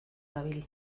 dabil